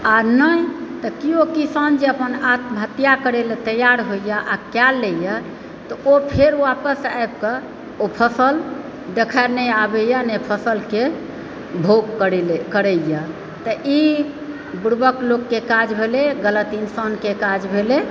आ नहि तऽ केओ किसान जे अपन आत्महत्या करय लऽ तैआर होइए आ कए लयए तऽ ओ फेर वापस आबि कऽ ओ फसल देखय नहि आबैए नहि फसलके भोग करैए तऽ ई बुरबक लोककेँ काज भेलय गलत इन्सानके काज भेलय